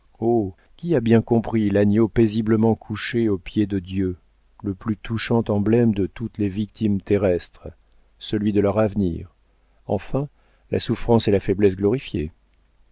qui a bien compris l'agneau paisiblement couché aux pieds de dieu le plus touchant emblème de toutes les victimes terrestres celui de leur avenir enfin la souffrance et la faiblesse glorifiées